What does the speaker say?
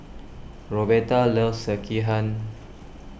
Roberta loves Sekihan